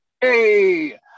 Hey